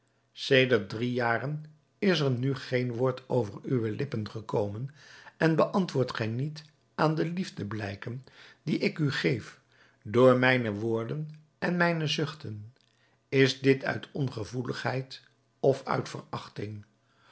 sedert drie jaren is er nu geen woord over uwe lippen gekomen en beantwoordt gij niet aan de liefdeblijken die ik u geef door mijne woorden en mijne zuchten is dit uit ongevoeligheid of uit verachting